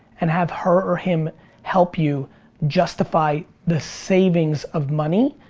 and have her or him help you justify the savings of money,